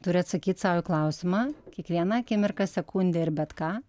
turi atsakyt sau į klausimą kiekvieną akimirką sekundę ir bet ką